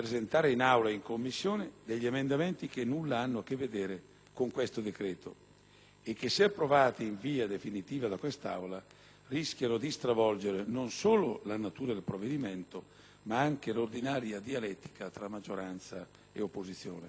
e che, se approvati in via definitiva da questa Aula, rischiano di stravolgere non solo la natura del provvedimento ma anche l'ordinaria dialettica tra maggioranza e opposizione.